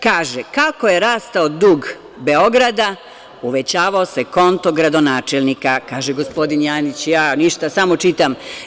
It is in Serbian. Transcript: Kaže – kako je rastao dug Beograda, uvećavao se konto gradonačelnika, kaže gospodin Janjić, ja samo čitam.